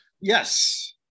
Yes